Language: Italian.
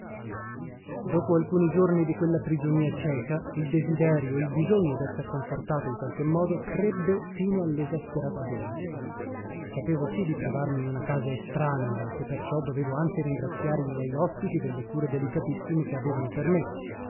dopo alcuni giorni di quella prigionia cieca il desiderio il bisogno desser confortato in qualche modo crebbe fino allesasperazione sapevo sì di trovarmi in una casa estranea e che perciò dovevo anzi ringraziare i miei ospiti delle cure delicatissime che avevano per me